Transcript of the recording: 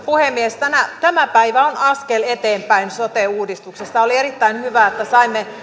puhemies tämä päivä on askel eteenpäin sote uudistuksessa oli erittäin hyvä että saimme